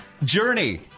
Journey